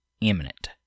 imminent